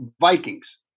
Vikings